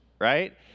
right